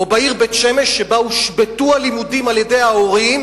בעיר בית-שמש הושבתו הלימודים על-ידי ההורים,